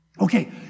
Okay